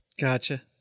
Gotcha